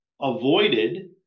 avoided